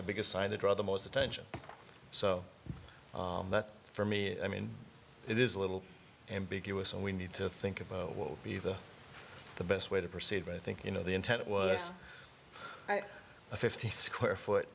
the biggest side to draw the most attention so that for me i mean it is a little ambiguous and we need to think about what would be the the best way to proceed but i think you know the intent was a fifty square foot